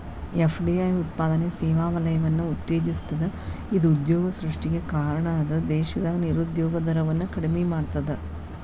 FDI ಉತ್ಪಾದನೆ ಸೇವಾ ವಲಯವನ್ನ ಉತ್ತೇಜಿಸ್ತದ ಇದ ಉದ್ಯೋಗ ಸೃಷ್ಟಿಗೆ ಕಾರಣ ಅದ ದೇಶದಾಗ ನಿರುದ್ಯೋಗ ದರವನ್ನ ಕಡಿಮಿ ಮಾಡ್ತದ